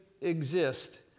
exist